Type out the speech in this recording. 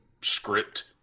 script